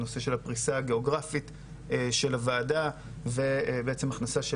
הנושא של הפריסה הגיאוגרפית של הוועדה ובעצם הכניסה של